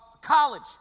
college